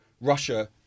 russia